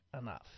enough